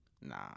Nah